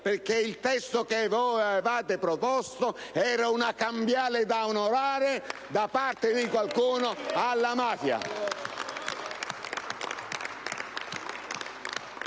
perché il testo che voi avevate proposto era una cambiale da onorare da parte di qualcuno alla mafia.